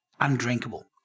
undrinkable